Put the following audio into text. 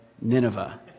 Nineveh